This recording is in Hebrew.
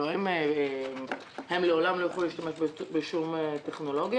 האם הם לעולם לא יוכלו להשתמש בשום טכנולוגיה?